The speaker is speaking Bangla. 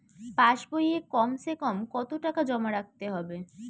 পাশ বইয়ে কমসেকম কত টাকা জমা রাখতে হবে?